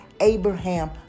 Abraham